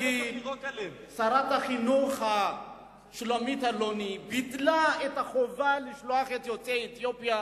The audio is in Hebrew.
שרת החינוך שולמית אלוני ביטלה את החובה לשלוח את יוצאי אתיופיה